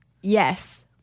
Yes